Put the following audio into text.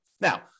Now